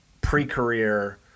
pre-career